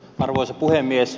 arvoisa puhemies